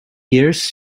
years